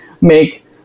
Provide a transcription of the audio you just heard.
make